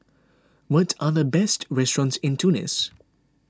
what are the best restaurants in Tunis